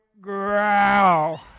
growl